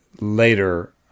later